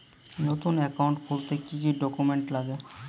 নতুন একাউন্ট খুলতে কি কি ডকুমেন্ট লাগে?